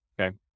Okay